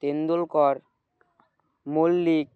Tendulkar Mallick